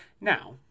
Now